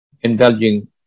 indulging